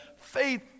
faith